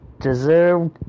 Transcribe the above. deserve